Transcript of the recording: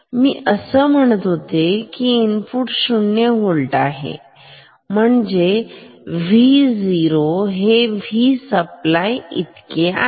मी असे म्हणत आहे की इनपुट 0 व्होल्ट आहे म्हणजे V0 हे Vसप्लाय इतके आहे